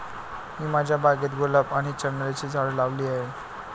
मी माझ्या बागेत गुलाब आणि चमेलीची झाडे लावली आहे